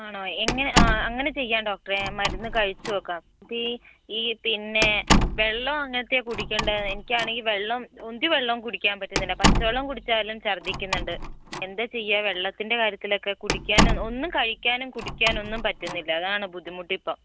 ആണോ എങ്ങനെ ആ അങ്ങനെ ചെയ്യാം ഡോക്ടറേ മരുന്ന് കഴിച്ചുനോക്കാം ഇപ്പോൾ ഈ ഈ പിന്നെ വെള്ളം എങ്ങനത്തെയാണ് കുടിക്കേണ്ടത് എനിക്കാണെങ്കിൽ വെള്ളം ഒരു വെള്ളവും കുടിക്കാൻ പറ്റുന്നില്ല പച്ചവെള്ളം കുടിച്ചാലും ഛർദ്ദിക്കുന്നുണ്ട് എന്താണ് ചെയ്യുക വെള്ളത്തിൻ്റെ കാര്യത്തിലൊക്കെ കുടിക്കാനും ഒന്നും കഴിക്കാനും കുടിക്കാനും ഒന്നും പറ്റുന്നില്ല അതാണ് ബുദ്ധിമുട്ട് ഇപ്പോൾ